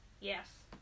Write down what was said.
Yes